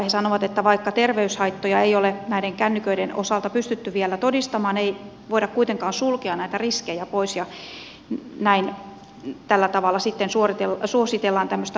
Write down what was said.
he sanovat että vaikka terveyshaittoja ei ole näiden kännyköiden osalta pystytty vielä todistamaan ei voida kuitenkaan sulkea näitä riskejä pois ja näin tällä tavalla sitten suositellaan tämmöistä varovaisuusperiaatetta